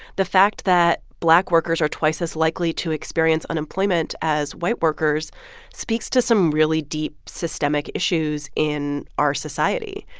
the fact that black workers are twice as likely to experience unemployment as white workers speaks to some really deep systemic issues in our society.